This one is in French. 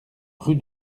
rue